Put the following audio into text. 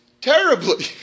Terribly